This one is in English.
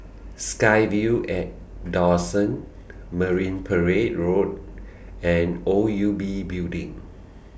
SkyVille At Dawson Marine Parade Road and O U B Building